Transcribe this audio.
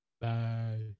Bye